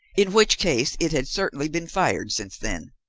in which case it had certainly been fired since then.